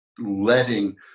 letting